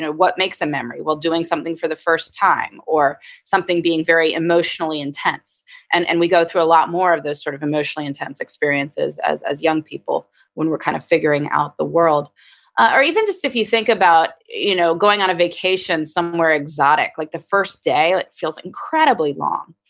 what makes a memory? well doing something for the first time or something being very emotionally intense and and we go through a lot more of those sort of emotionally intense experiences as as young people when we're kind of figuring out the world or even just, if you think about you know going on a vacation somewhere exotic, exotic, like the first day, it feels incredibly long.